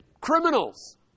criminals